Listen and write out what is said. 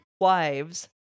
wives